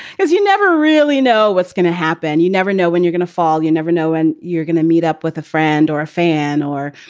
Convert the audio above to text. because you never really know what's going to happen. you never know when you're going to fall. you never know when you're going to meet up with a friend or a fan or,